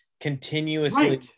continuously